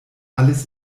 alles